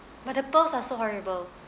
but the pearls are so horrible